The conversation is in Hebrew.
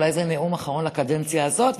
אולי זה נאום אחרון לקדנציה הזאת,